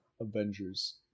Avengers